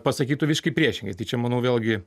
pasakytų visiškai priešingai čia manau vėlgi